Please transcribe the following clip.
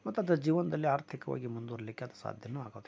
ಮತ್ತೆ ಅದು ಜೀವನದಲ್ಲಿ ಆರ್ಥಿಕವಾಗಿ ಮುಂದುವರಿಲಿಕ್ಕೆ ಅದು ಸಾಧ್ಯ ಆಗೋದಿಲ್ಲ